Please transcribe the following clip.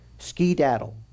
Ski-daddle